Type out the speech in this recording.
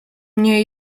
mnie